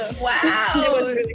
Wow